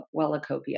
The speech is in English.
Wellacopia